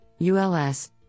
ULS